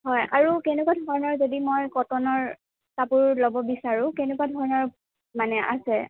হয় আৰু কেনেকুৱা ধৰণৰ যদি মই কটনৰ কাপোৰ লব বিচাৰোঁ কেনেকুৱা ধৰণৰ মানে আছে